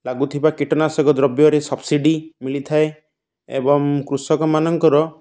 ଲାଗୁଥିବା କୀଟନାଶକ ଦ୍ରବ୍ୟରେ ସବ୍ସିଡ଼ି ମିଳିଥାଏ ଏବଂ କୃଷକମାନଙ୍କର